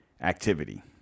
activity